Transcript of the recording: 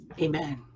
Amen